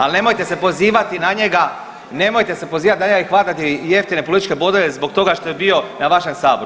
Ali nemojte se pozivati na njega, nemojte se pozivati na njega i hvatati jeftine političke bodove zbog toga što je bio na vašem Saboru.